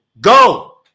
Go